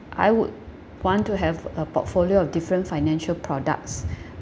I would want to have a portfolio of different financial products